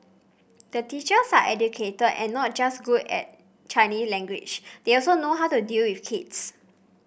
the teachers are educated and not just good in Chinese language they also know how to deal with kids